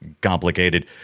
complicated